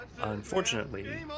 unfortunately